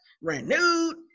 renewed